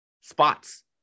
spots